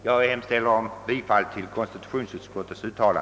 Jag hemställer om bifall till konstitutionsutskottets hemställan.